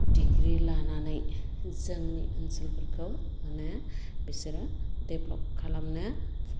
degree लानानै जोंनि ओनसोलफोरखौ मानो बिसोरो बिसोरो डेभलप खालामनो